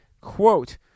Quote